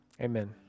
amen